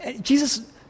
Jesus